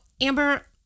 Amber